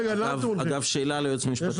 שלום, אציג בקצרה ואם צריך להעמיק במשהו אפשר.